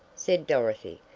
said dorothy.